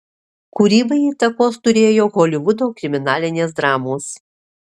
kūrybai įtakos turėjo holivudo kriminalinės dramos